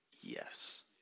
yes